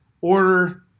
order